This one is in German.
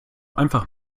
einfach